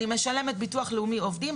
אני משלמת ביטוח לאומי עובדים,